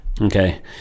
Okay